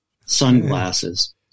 sunglasses